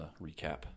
recap